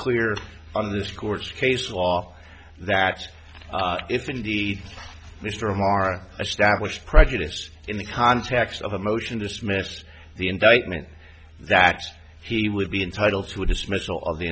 clear on this court's case law that if indeed mr o'mara stablished prejudice in the context of a motion dismissed the indictment that he would be entitled to a dismissal of the